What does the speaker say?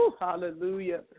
Hallelujah